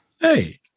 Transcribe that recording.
hey